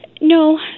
No